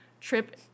Trip